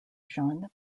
jean